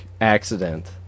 accident